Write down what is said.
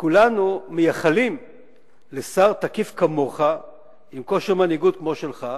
וכולנו מייחלים לשר תקיף כמוך עם כושר מנהיגות כמו שלך,